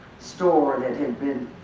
store that had been